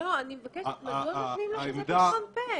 מדוע נותנים לו כזה פתחון פה?